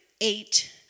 eight